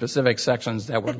specific sections that w